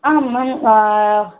ஆ ma'am